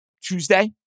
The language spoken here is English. Tuesday